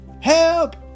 Help